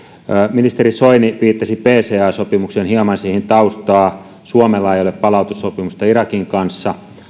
ministeri soini viittasi pca sopimukseen hieman siihen taustaa suomella ei ole palautussopimusta irakin kanssa